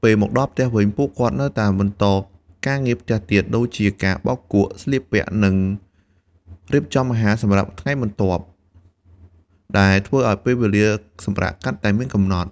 ពេលមកដល់ផ្ទះវិញ ពួកគាត់នៅតែត្រូវបន្តការងារផ្ទះទៀត ដូចជាការបោកគក់ ស្លៀកពាក់ និងរៀបចំអាហារសម្រាប់ថ្ងៃបន្ទាប់ ដែលធ្វើឱ្យពេលវេលាសម្រាកកាន់តែមានកំណត់។